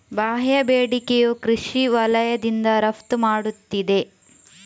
ಬಾಹ್ಯ ಬೇಡಿಕೆಯು ಕೃಷಿ ವಲಯದಿಂದ ರಫ್ತು ಮಾಡುತ್ತಿದೆ